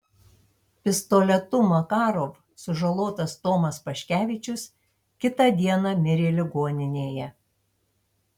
pistoletu makarov sužalotas tomas paškevičius kitą dieną mirė ligoninėje